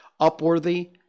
Upworthy